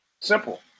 Simple